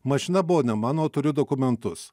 mašina buvo ne mano turiu dokumentus